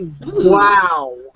Wow